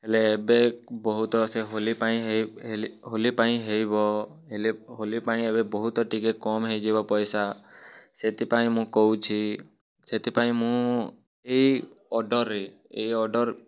ହେଲେ ଏବେ ବହୁତ ସେ ହୋଲି ପାଇଁ ହୋଲି ପାଇଁ ହେଇବ ହେଲେ ହୋଲି ପାଇଁ ଏବେ ବହୁତ ଟିକେ କମ୍ ହୋଇଯିବ ପଇସା ସେଥିପାଇଁ ମୁଁ କହୁଛି ସେଥିପାଇଁ ମୁଁ ଏଇ ଅର୍ଡ଼ର୍ରେ ଏଇ ଅର୍ଡ଼ର୍